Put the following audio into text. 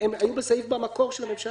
שהיו במקור בסעיף של הממשלה.